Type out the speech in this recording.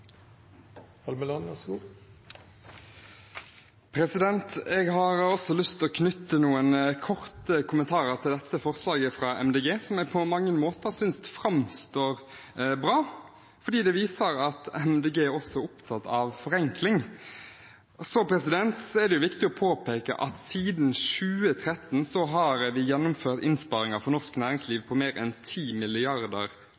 Jeg har også lyst til å knytte noen korte kommentarer til dette forslaget fra Miljøpartiet De Grønne, som jeg på mange måter synes framstår bra fordi det viser at Miljøpartiet De Grønne også er opptatt av forenkling. Så er det viktig å påpeke at siden 2013 har vi gjennomført innsparinger for norsk